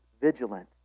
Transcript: vigilant